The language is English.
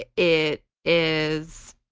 it it is